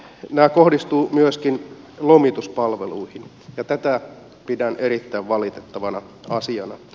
nämä kohdistuvat myöskin lomituspalveluihin ja tätä pidän erittäin valitettavana asiana